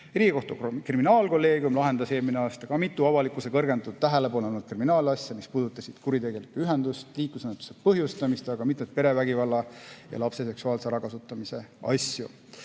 Riigikohtu kriminaalkolleegium lahendas eelmisel aastal ka mitu avalikkuse kõrgendatud tähelepanu all olnud kriminaalasja, mis puudutasid kuritegelikku ühendust, liiklusõnnetuse põhjustamist, aga ka mitmeid perevägivalla ja lapse seksuaalse ärakasutamise asju.